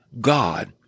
God